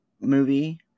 movie